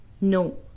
No